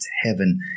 heaven